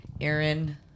Aaron